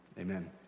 amen